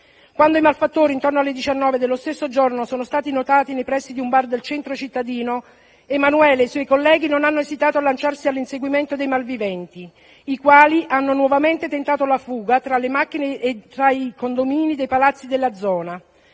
Quando i malfattori, intorno alle 19 dello stesso giorno, sono stati notati nei pressi di un bar del centro cittadino, Emanuele e i suoi colleghi non hanno esitato a lanciarsi all'inseguimento dei malviventi, i quali hanno nuovamente tentato la fuga tra le macchine, nei condomini e palazzi della zona.